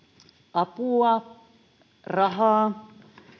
apua rahaa